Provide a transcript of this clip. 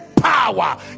power